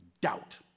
doubt